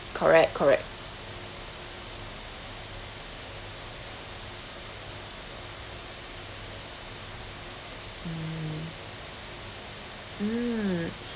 correct correct hmm mm